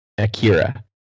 akira